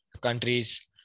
countries